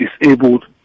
disabled